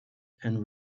and